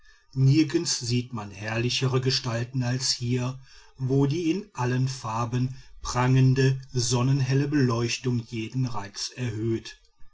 nirgends sieht man herrlichere gestalten als hier wo die in allen farben prangende sonnenhelle beleuchtung jeden reiz erhöht